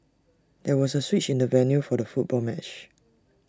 there was A switch in the venue for the football match